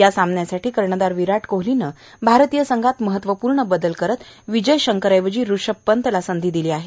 या सामन्यासाठी कर्णधार विराट कोहलीनं भारतीय संघात महत्वपूर्ण बदल करत विजय शंकरच्या ऐवजी ऋषभ पंतला संधी दिली आहे